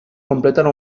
completare